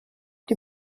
die